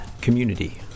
community